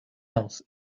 else